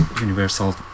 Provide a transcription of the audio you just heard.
Universal